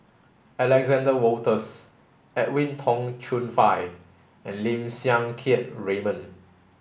Alexander Wolters Edwin Tong Chun Fai and Lim Siang Keat Raymond